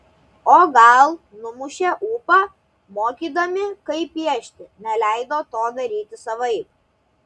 o gal numušė ūpą mokydami kaip piešti neleido to daryti savaip